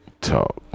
talk